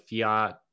fiat